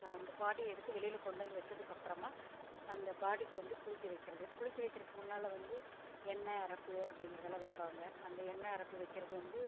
அந்த பாடியை எடுத்து வெளியில கொண்டு வந்து வச்சதுக்கப்பறமாக அந்த பாடிக்கு வந்து குளிக்க வைக்கிறது குளிக்க வைக்கிறதுக்கு முன்னால் வந்து எண்ணெய் அரைப்பு அப்படிங்குறதெல்லாம் வைப்பாங்கள் அந்த எண்ணெய் அரைப்பு வைக்கிறது வந்து